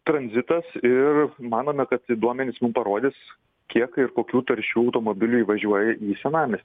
tranzitas ir manome kad tie duomenys mum parodys kiek ir kokių taršių automobilių įvažiuoja į senamies